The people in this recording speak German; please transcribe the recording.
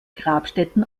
grabstätten